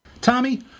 Tommy